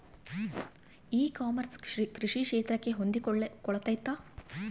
E commerce ಕೃಷಿ ಕ್ಷೇತ್ರಕ್ಕೆ ಹೊಂದಿಕೊಳ್ತೈತಾ?